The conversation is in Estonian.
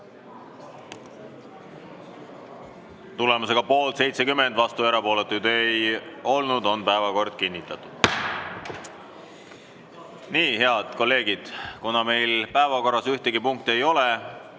Tulemusega poolt 70, vastuolijaid ja erapooletuid ei olnud, on päevakord kinnitatud. Nii, head kolleegid, kuna meil päevakorras ühtegi punkti ei ole,